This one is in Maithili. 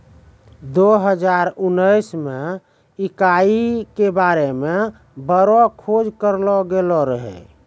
दो हजार उनैस मे इकाई के बारे मे बड़ो खोज करलो गेलो रहै